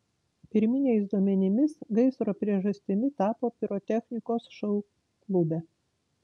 pirminiais duomenimis gaisro priežastimi tapo pirotechnikos šou klube